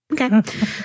Okay